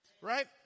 right